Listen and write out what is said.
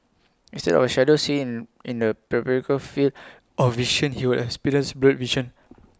instead of A shadow seen in in the peripheral field of vision he would have experienced blurred vision